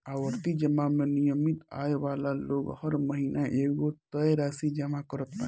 आवर्ती जमा में नियमित आय वाला लोग हर महिना एगो तय राशि जमा करत बाने